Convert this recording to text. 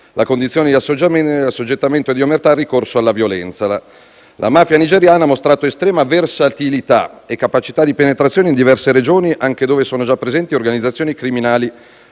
la condizione di assoggettamento e di omertà, il ricorso alla violenza. La mafia nigeriana ha mostrato estrema versatilità e capacità di penetrazione in diverse Regioni, anche dove sono già presenti organizzazioni criminali